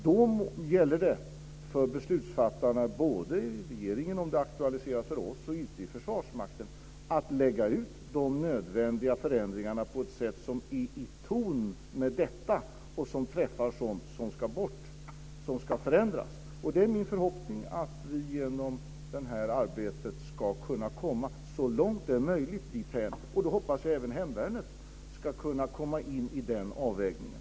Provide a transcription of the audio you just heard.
Då gäller det för beslutsfattarna både i regeringen, om det aktualiseras för oss, och ute i Försvarsmakten att lägga ut de nödvändiga förändringarna på ett sätt som är i ton med detta och som träffar sådant som ska bort och som ska förändras. Det är min förhoppning att vi genom detta arbete ska kunna komma så långt det är möjligt dithän, och då hoppas jag att även hemvärnet ska kunna komma in i den avvägningen.